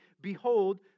Behold